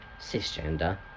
cisgender